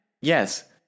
Yes